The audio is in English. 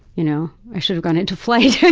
you know. i should've gone into flight.